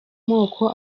moko